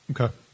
Okay